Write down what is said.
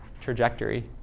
trajectory